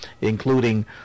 including